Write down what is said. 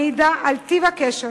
המעידה על טיב הקשר